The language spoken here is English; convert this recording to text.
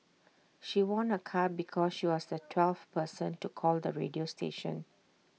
she won A car because she was the twelfth person to call the radio station